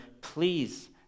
please